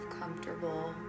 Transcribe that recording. comfortable